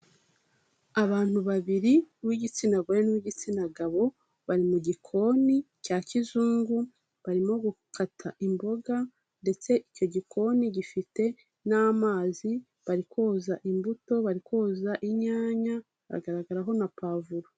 Abantu babiri uw'igitsina gore n'uwi'igitsina gabo, bari mu gikoni cya kizungu, barimo gukata imboga, ndetse icyo gikoni gifite n'amazi bari koza imbuto, bari koza inyanya, haragaragaraho na pavuro.